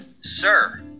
sir